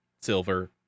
silver